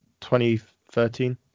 2013